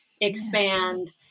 expand